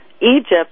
Egypt